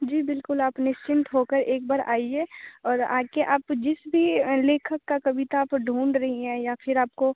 जी बिल्कुल आप निश्चिंत हो कर एक बार आइए और आ कर आप जिस भी लेखक का कविता आप ढूंढ रही हैं या फिर आपको